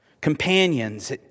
Companions